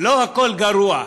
לא הכול גרוע.